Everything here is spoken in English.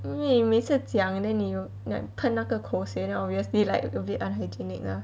因为每次讲 then 你有 like 喷那个口水 then obviously like a bit unhygienic lah